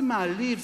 זה מעליב,